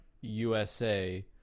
usa